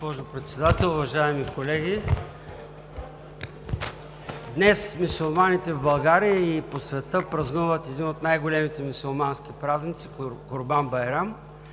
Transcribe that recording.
Ви, госпожо Председател. Уважаеми колеги, днес мюсюлманите в България и по света празнуват един от най-големите мюсюлмански празници Курбан байрам.